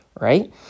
right